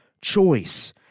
choice